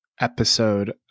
episode